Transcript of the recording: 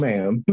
ma'am